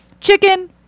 Chicken